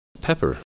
Pepper